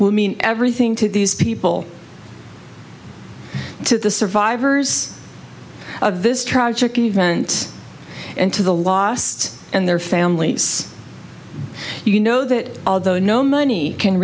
will mean everything to these people to the survivors of this tragic event and to the lost and their families you know that although no money can